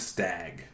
Stag